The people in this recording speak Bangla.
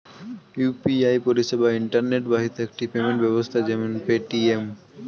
ইউ.পি.আই পরিষেবা ইন্টারনেট বাহিত একটি পেমেন্ট ব্যবস্থা যেমন পেটিএম